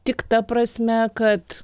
tik ta prasme kad